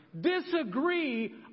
disagree